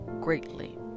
greatly